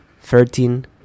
thirteen